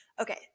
Okay